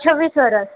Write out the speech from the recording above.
છવ્વીસ વર્ષ